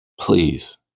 please